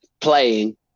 playing